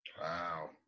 Wow